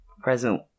present